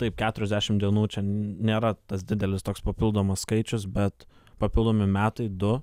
taip keturiasdešimt dienų čia nėra tas didelis toks papildomas skaičius bet papildomi metai du